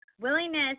willingness